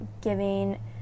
giving